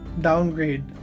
downgrade